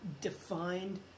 defined